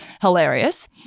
hilarious